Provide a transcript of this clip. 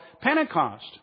Pentecost